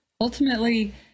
ultimately